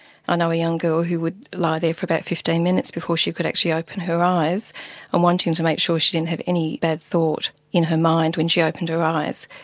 ah know a young girl who would lie there for about fifteen minutes before she could actually open her eyes and wanting to make sure she didn't have any bad thought in her mind when she opened her eyes.